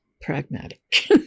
pragmatic